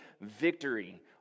victory